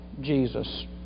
Jesus